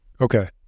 Okay